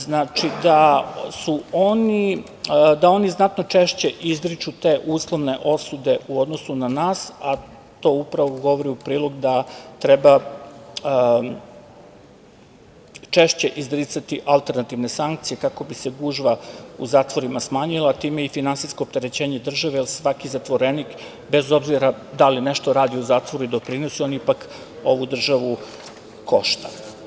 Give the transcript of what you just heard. Znači, da oni znatno češće izriču te uslovne osude u odnosu na nas, a to upravo govori u prilog da treba češće izricati alternativne sankcije kako bi se gužva u zatvorima smanjila, a time i finansijsko opterećenje države, jer svaki zatvorenik bez obzira da li nešto radi u zatvoru i doprinosi, on ipak ovu državu košta.